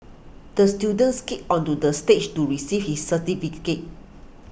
the student skated onto the stage to receive his certificate